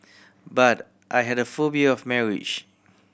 but I had a phobia of marriage